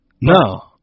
No